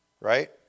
right